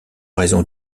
raison